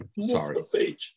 sorry